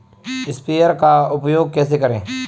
Sprayer का उपयोग कैसे करें?